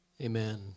Amen